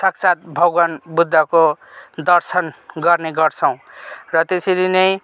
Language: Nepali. साक्षात भगवान् बुद्धको दर्शन गर्ने गर्छौँ र त्यसरी नै